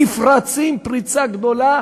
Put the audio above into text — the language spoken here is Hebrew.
נפרצים פריצה גדולה